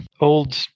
old